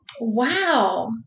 Wow